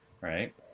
right